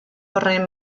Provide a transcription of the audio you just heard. horren